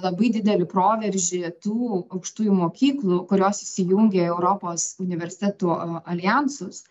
labai didelį proveržį tų aukštųjų mokyklų kurios įsijungė į europos universitetų a aljansus